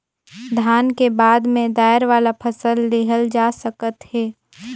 धान के बाद में दायर वाला फसल लेहल जा सकत हे